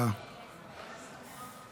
שיאי